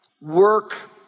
work